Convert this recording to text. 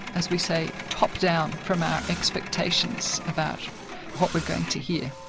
as we say, top down, from our expectations about what we're going to hear.